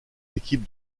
l’équipe